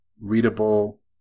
readable